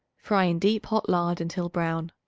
fry in deep hot lard until brown.